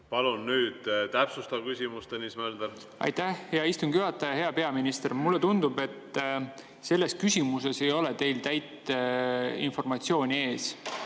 Palun nüüd täpsustav küsimus, Tõnis Mölder! Aitäh, hea istungi juhataja! Hea peaminister! Mulle tundub, et selles küsimuses ei ole teil täit informatsiooni ees.